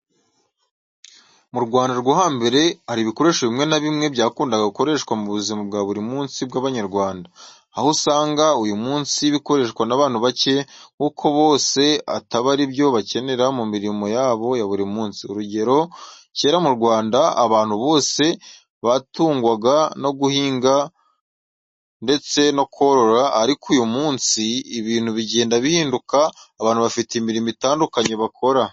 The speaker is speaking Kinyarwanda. Mu Rwanda rwo hambere, hari ibikoresho bimwe na bimwe byakundaga gukoreshwa mu buzima bwa buri munsi bw'Abanyarwanda, aho usanga uyu munsi bikoreshwa n'abantu bake kuko bose ataba ari byo bakenera mu mirimo yabo ya buri munsi. Urugero: kera mu Rwanda abantu bose batungwaga no guhinga guhiga ndetse no korora, ariko uyu munsi ibintu bigenda bihinduka abantu bafite imirimo itandukanye bakora.